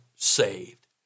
saved